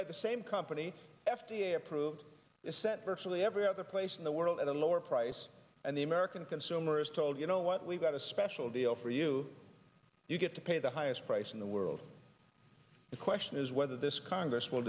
same company f d a approved and sent virtually every other place in the world at a lower price and the american consumer is told you know what we've got a special deal for you you get to pay the highest price in the world the question is whether this congress will